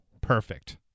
Perfect